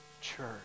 Church